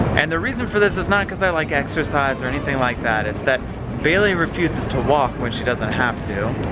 and the reason for this is not cause i like exercise or anything like that, it's that bailey refuses to walk when she doesn't have to,